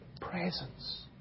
presence